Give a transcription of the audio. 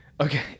Okay